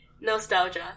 Nostalgia